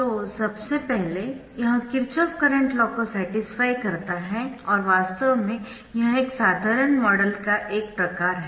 तो सबसे पहले यह किरचॉफ करंट लॉ को सॅटिस्फाई करता है और वास्तव में यह एक साधारण मॉडल का एक प्रकार है